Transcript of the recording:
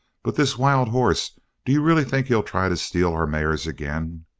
but this wild horse do you really think he'll try to steal our mares again?